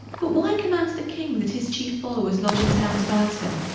but why commands the king, that his chiefe followers lodge in townes about him,